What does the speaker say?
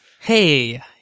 Hey